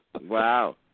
Wow